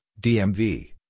DMV